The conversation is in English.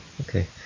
Okay